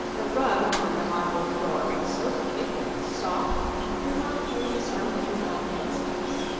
the rug upon the marble floor was so thick and soft that he could not hear the sound of his own footsteps,